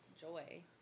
joy